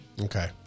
Okay